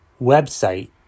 website